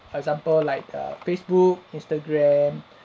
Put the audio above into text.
for example like err facebook instagram